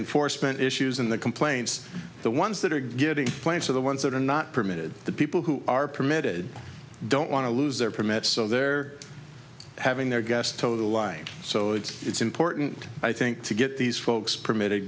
enforcement issues in the complaints the ones that are getting claims to the ones that are not permitted the people who are permitted don't want to lose their permits so they're having their gas total line so it's important i think to get these folks permitted